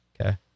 okay